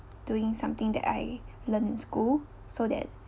doing something that I learn in school so that